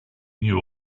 knew